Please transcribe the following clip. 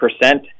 percent